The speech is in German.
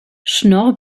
schnorr